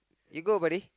you go buddy